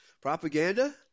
Propaganda